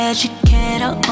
Educator